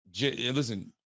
listen